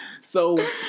So-